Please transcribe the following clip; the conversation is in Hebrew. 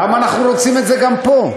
למה אנחנו רוצים את זה גם פה?